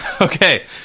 Okay